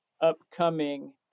upcoming